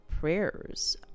prayers